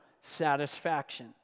satisfaction